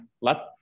let